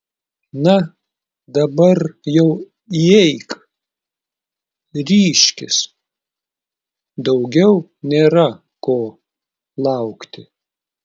na dabar jau įeik ryžkis daugiau nėra ko laukti